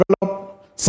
develop